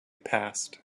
passed